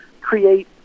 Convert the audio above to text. create